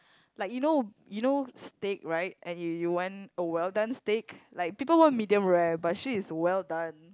like you know you know steak right and you want a well done steak like people want medium rare but she is well done